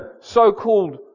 so-called